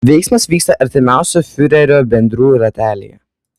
veiksmas vyksta artimiausių fiurerio bendrų ratelyje